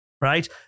right